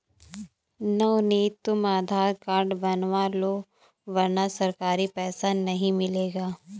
नवनीत तुम आधार कार्ड बनवा लो वरना सरकारी पैसा नहीं मिलेगा